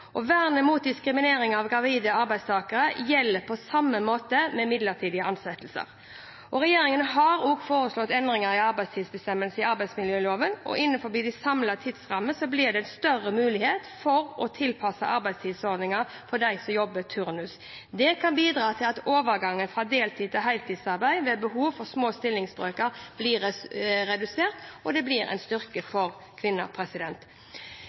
mot diskriminering av gravide arbeidstakere gjelder på samme måte ved midlertidige ansettelser. Regjeringen har foreslått endringer i arbeidstidsbestemmelsene i arbeidsmiljøloven, og innenfor en samlet tidsramme blir det større mulighet til å tilpasse arbeidstidsordninger for dem som jobber turnus. Det kan bidra til at overgangen fra deltidsarbeid til heltidsarbeid – ved behov for små stillingsbrøker – blir redusert, og det blir en styrke for kvinner.